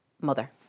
mother